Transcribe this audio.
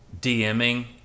DMing